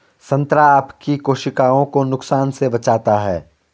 संतरा आपकी कोशिकाओं को नुकसान से बचाता है